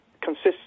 consists